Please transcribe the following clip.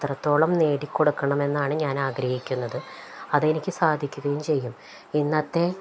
അത്രത്തോളം നേടിക്കൊടുക്കണമെന്നാണു ഞാൻ ആഗ്രഹിക്കുന്നത് അതെനിക്കു സാധിക്കുകയും ചെയ്യും ഇന്നത്തെ